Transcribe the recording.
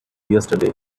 yesterday